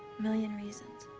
million reasons.